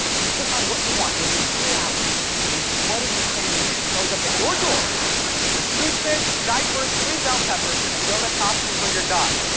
you click on what you want, and within two hours a sweaty ukrainian man shows up at your door with toothpicks, diapers, three bell peppers and a yoda costume for your dog.